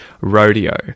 rodeo